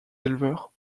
éleveurs